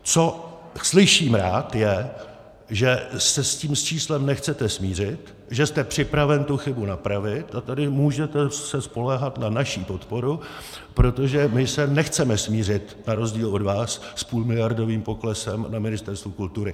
Co slyším rád, je, že se s tím číslem nechcete smířit, že jste připraven tu chybu napravit, a tady můžete se spoléhat na naši podporu, protože my se nechceme smířit, na rozdíl od vás, s půlmiliardovým poklesem na Ministerstvu kultury.